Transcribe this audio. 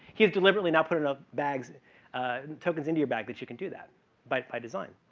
he deliberately not put enough bags tokens into your bags which you can do that by design.